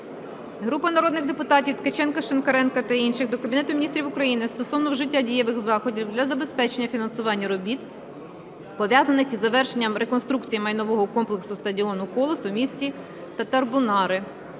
Групи народних депутатів (Ткаченка, Шинкаренка та інших) до Кабінету Міністрів України стосовно вжиття дієвих заходів для забезпечення фінансування робіт пов'язаних із завершенням реконструкції майнового комплексу стадіону "Колос" у місті Татарбунари.